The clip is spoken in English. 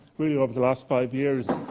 really over the last five years